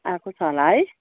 आएको छ होला है